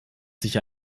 sicher